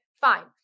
fine